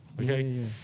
okay